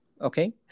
okay